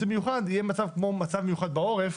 מיוחד יהיה מצב כמו מצב מיוחד בעורף.